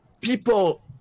People